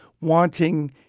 wanting—